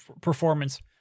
performance